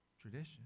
Tradition